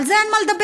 על זה אין מה לדבר,